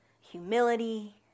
humility